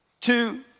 Two